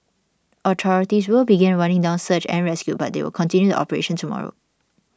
authorities will begin running down search and rescue but they will continue the operation tomorrow